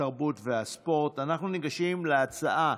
התרבות והספורט נתקבלה.